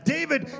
David